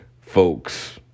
folks